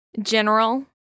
general